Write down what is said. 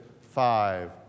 five